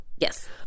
Yes